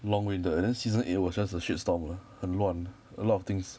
long winded and then season eight was just a shit storm lah 很乱 a lot of things